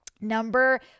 Number